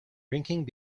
drinking